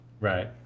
Right